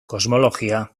kosmologia